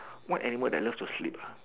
what animal that love to sleep